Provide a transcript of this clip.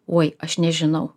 oi aš nežinau